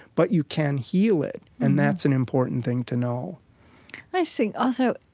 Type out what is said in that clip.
but you can heal it, and that's an important thing to know i see, also,